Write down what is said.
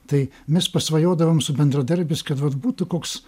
tai mes pasvajodavom su bendradarbiais kad vat būtų koks